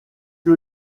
que